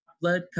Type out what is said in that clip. Blood